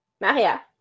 Maria